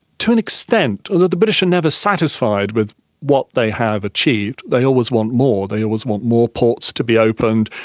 to an extent, although the british are never satisfied with what they have achieved, they always want more, they always want more ports to be opened,